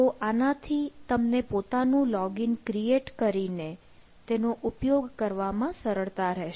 તો આનાથી તમને પોતાનું લોગ ઈન ક્રીએટ કરીને તેનો ઉપયોગ કરવામાં સરળતા રહેશે